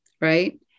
right